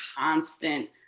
constant